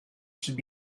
should